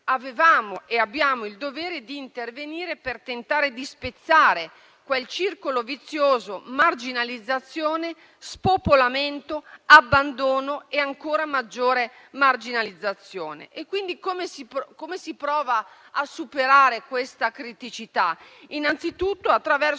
Avevamo e abbiamo il dovere di intervenire per tentare di spezzare quel circolo vizioso fatto di marginalizzazione, spopolamento, abbandono e ancora maggiore marginalizzazione. Come si prova a superare questa criticità? Innanzitutto attraverso